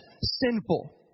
sinful